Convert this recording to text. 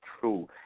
true